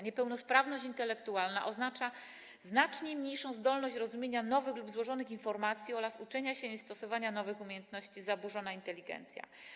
Niepełnosprawność intelektualna oznacza znacznie mniejszą zdolność rozumienia nowych lub złożonych informacji oraz uczenia się i stosowania nowych umiejętności, zaburzoną inteligencję.